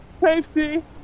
safety